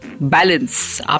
balance